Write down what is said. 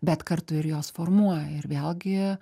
bet kartu ir jos formuoja ir vėlgi